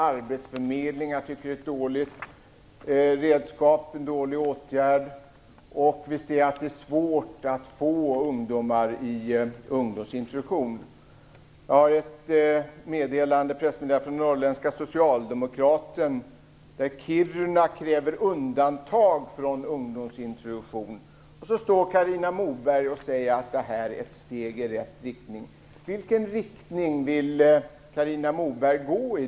Arbetsförmedlingarna tycker att det är en dålig åtgärd. Vi ser också att det är svårt att få in ungdomar i ungdomsintroduktion. Enligt en uppgift från Norrländska Socialdemokraten kräver Kiruna undantag från ungdomsintroduktion. Ändå säger Carina Moberg att detta är ett steg i rätt riktning. Vilken riktning vill Carina Moberg då gå i?